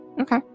Okay